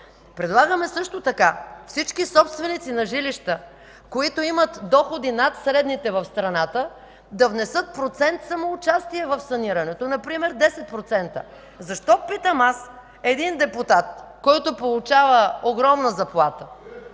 Предлагаме също така всички собственици на жилища, които имат доходи над средните в страната, да внесат процент самоучастие в санирането – например 10%. Защо, питам аз, един депутат, който получава огромна заплата